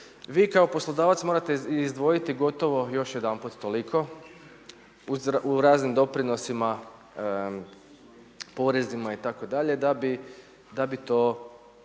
vi kao poslodavac morate izdvojiti gotovo još jedanput toliko u raznim doprinosima, porezima itd. da bi to